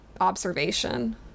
observation